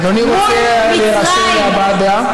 אדוני רוצה להירשם להבעת דעה?